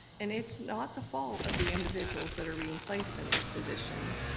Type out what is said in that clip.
and it's not the fault of the individuals that are being placed in these positions,